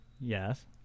Yes